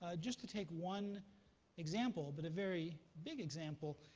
ah just to take one example, but a very big example,